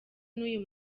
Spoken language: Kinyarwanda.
n’uyu